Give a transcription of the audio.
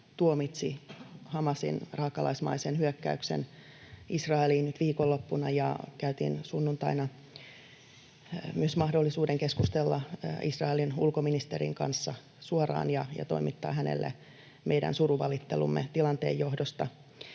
tuomitsivat Hamasin raakalaismaisen hyökkäyksen Israeliin nyt viikonloppuna, ja käytin sunnuntaina myös mahdollisuuden keskustella Israelin ulkoministerin kanssa suoraan ja toimittaa hänelle meidän surunvalittelumme tilanteen johdosta.